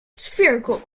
spherical